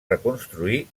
reconstruir